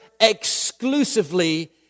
exclusively